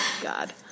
God